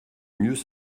mieux